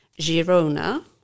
Girona